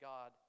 God